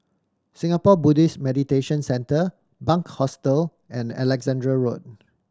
Singapore Buddhist Meditation Centre Bunc Hostel and Alexandra Road